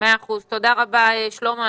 תודה רבה שלמה.